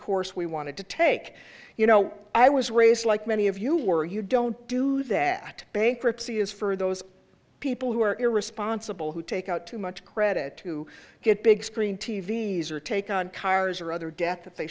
course we wanted to take you know i was raised like many of you were you don't do that bankruptcy is for those people who are irresponsible who take out too much credit to get big screen t v s or take on cars or other debt that they